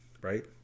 right